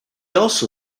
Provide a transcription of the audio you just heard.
also